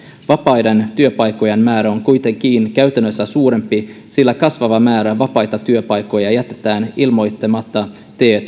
vapaiden työpaikkojen määrä on kuitenkin käytännössä suurempi sillä kasvava määrä vapaita työpaikkoja jätetään ilmoittamatta te